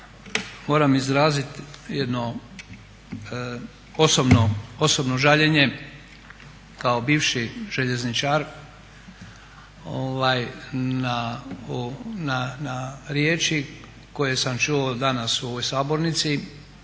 moram izraziti jedno osobno žaljenje kao bivši željezničar na riječi koje sam čuo danas u ovoj sabornici,